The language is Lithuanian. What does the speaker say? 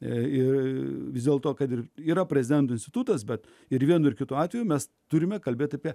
ir vis dėl to kad ir yra prezidento institutas bet ir vienu ir kitu atveju mes turime kalbėti apie